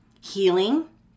healing